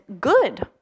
good